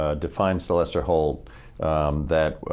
ah defines to lester holt that